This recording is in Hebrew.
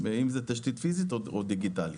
אם זאת תשתית פיזית או דיגיטלית.